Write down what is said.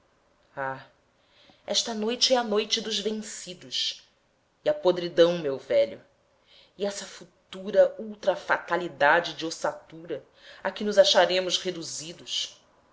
esta noite é a noite dos vencidos e a podridão meu velho e essa futura ultrafatalidade de ossatura a que nos acharemos reduzidos